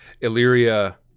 Illyria